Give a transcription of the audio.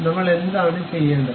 നമ്മൾ എന്താണ് ചെയ്യേണ്ടത്